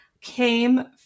came